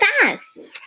fast